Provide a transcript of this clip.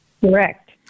Correct